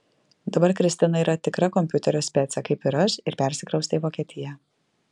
dabar kristina yra tikra kompiuterio specė kaip ir aš ir persikraustė į vokietiją